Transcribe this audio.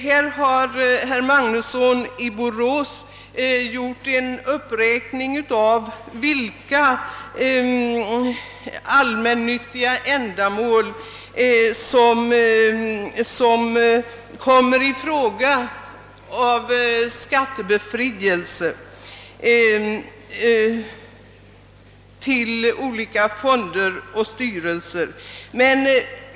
Herr Magnusson i Borås har här gjort en uppräkning av vilka allmännyttiga ändamål som kommer i fråga för skattebefrielse när det gäller olika fonder och stiftelser.